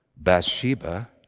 Bathsheba